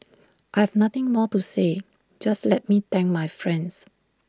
I have nothing more to say just let me thank my friends